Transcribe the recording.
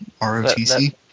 ROTC